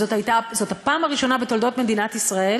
זאת הפעם הראשונה בתולדות מדינת ישראל